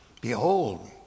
Behold